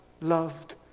loved